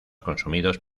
consumidos